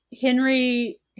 Henry